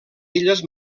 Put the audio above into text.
illes